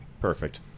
Perfect